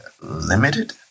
limited